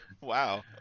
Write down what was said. Wow